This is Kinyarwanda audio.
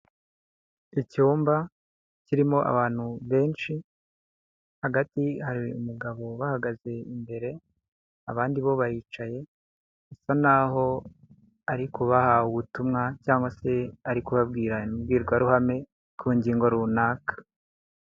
Icyumba kirimo abantu benshi hagati hari umugabo ubahagaze imbere abandi bo baricaye, bisa naho ari kubaha ubutumwa cyangwa se ari kubabwira imbwirwaruhame ku ngingo runaka.